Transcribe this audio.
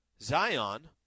Zion